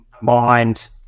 mind